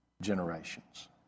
generations